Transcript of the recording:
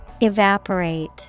Evaporate